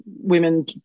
women